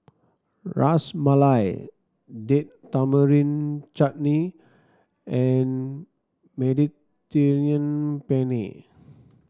Ras Malai Date Tamarind Chutney and Mediterranean Penne